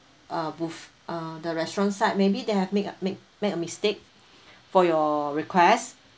uh bo~ uh the restaurant side maybe they have make make make a mistake for your request